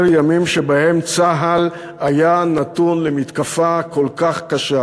ימים שבהם צה"ל היה נתון למתקפה כל כך קשה